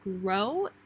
grow